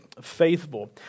faithful